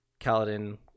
kaladin